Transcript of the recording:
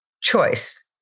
choice